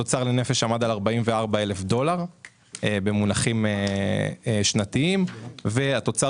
אז התוצר לנפש עמד על 44,000 דולר במונחים שנתיים והתוצר